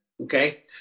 Okay